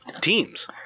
teams